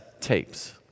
tapes